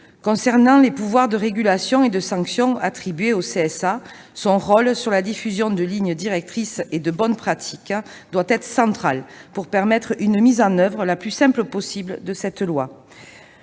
Quant aux pouvoirs de régulation et de sanction attribués au CSA, le rôle du Conseil relatif à la diffusion de lignes directrices et de bonnes pratiques doit être central pour permettre une mise en oeuvre la plus simple possible de la future loi.